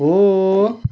हो